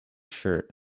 shirt